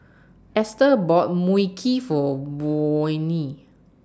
Esther bought Mui Kee For Vonnie